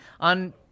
on